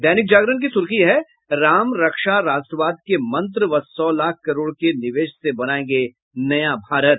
दैनिक जागरण की सुर्खी है राम रक्षा राष्ट्रवाद के मंत्र व सौ लाख करोड़ के निवेश से बनायेंगे नया भारत